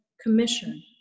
commission